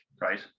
right